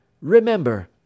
remember